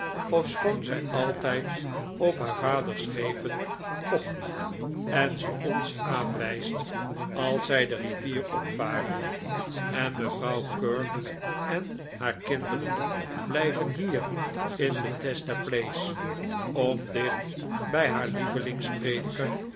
ofschoon zij altijd op haar vaders schepen pocht en ze ons aanwijst als zij de rivier opvaren en mevrouw kirk en haar kinderen blijven hier in bethesda place om dicht bij haar